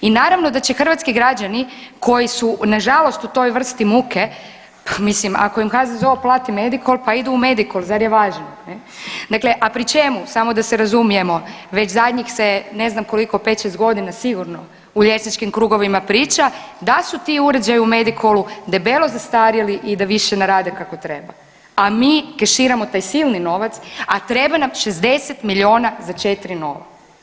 I naravno da će hrvatski građani koji su nažalost u toj vrsti muke mislim ako im HZZO plati Medikol pa idu u Mediklo zar je važno, ne, dakle a pri čemu samo da se razumijemo već zadnjih se ne znam koliko pet, šest godina sigurno u liječničkim krugovima priča da su ti uređaji u Medikolu debelo zastarjeli i da više ne rade kako treba, a mi keširamo taj silni novac, a treba nam 60 milijuna za četri nova.